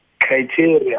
Criteria